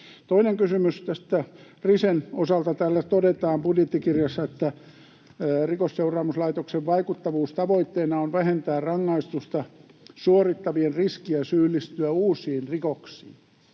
Toinen kysymys tästä Risen osalta: Täällä todetaan budjettikirjassa, että Rikosseuraamuslaitoksen vaikuttavuustavoitteena on vähentää rangaistusta suorittavien riskiä syyllistyä uusiin rikoksiin.